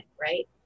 right